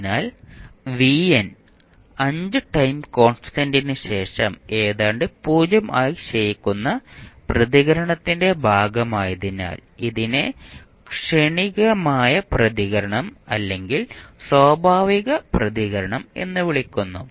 അതിനാൽ 5 time constant ശേഷം ഏതാണ്ട് 0 ആയി ക്ഷയിക്കുന്ന പ്രതികരണത്തിന്റെ ഭാഗമായതിനാൽ ഇതിനെ ക്ഷണികമായ പ്രതികരണം അല്ലെങ്കിൽ സ്വാഭാവിക പ്രതികരണം എന്ന് വിളിക്കുന്നു